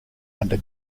under